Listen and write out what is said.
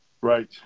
Right